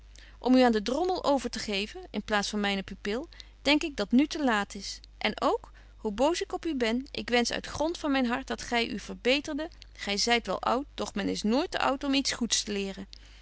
om u aan den drommel overtegeven in plaats van myne pupil denk ik dat nu te laat is en ook hoe boos ik op u ben ik wensch uit grond van myn hart dat gy u verbeterde gy zyt wel oud doch men is nooit te oud om iets goeds te leren